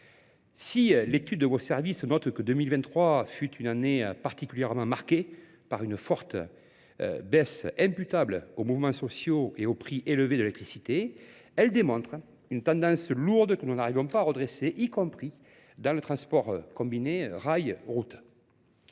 Si l'étude de vos services note que 2023 fut une année particulièrement marquée par une forte baisse imputable aux mouvements sociaux et aux prix élevés de l'électricité, elle démontre une tendance lourde que nous n'arrivons pas à redresser, y compris dans le transport combiné rail-route.